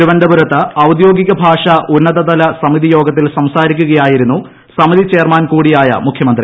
തിരുവനന്തപുരത്ത് ഔദ്യോഗിക ഭാഷാ ഉന്നതത ലസമിതി യോഗത്തിൽ സംസാരിക്കുകയായിരുന്നു സമിതി ചെയർമാൻ കൂടിയായ മുഖ്യമന്ത്രി